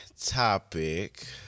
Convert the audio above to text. topic